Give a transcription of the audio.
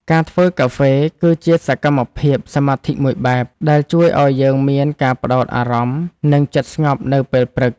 ការធ្វើកាហ្វេ គឺជាសកម្មភាពសមាធិមួយបែប ដែលជួយឱ្យយើងមានការផ្ដោតអារម្មណ៍ និងចិត្តស្ងប់នៅពេលព្រឹក។